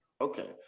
Okay